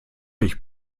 ich